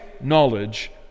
knowledge